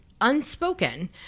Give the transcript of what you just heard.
unspoken